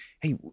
hey